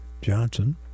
Johnson